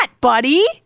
buddy